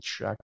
check